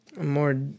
more